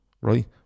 right